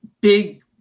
big